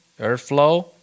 airflow